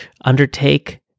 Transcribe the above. undertake